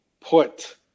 put